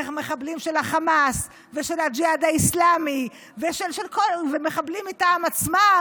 למחבלים של החמאס ושל הג'יהאד האסלאמי ומחבלים מטעם עצמם,